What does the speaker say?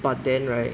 but then right